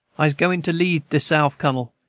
i'se goin' to leave de souf, cunnel,